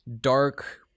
dark